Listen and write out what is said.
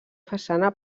façana